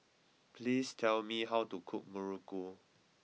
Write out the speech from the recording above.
please tell me how to cook Muruku